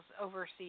overseas